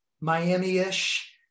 Miami-ish